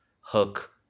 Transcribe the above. hook